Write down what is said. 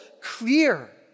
clear